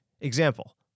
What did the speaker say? Example